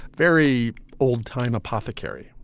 very old time apothecary.